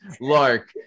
lark